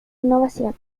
innovación